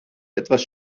etwas